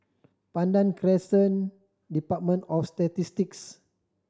Pandan Crescent Department of Statistics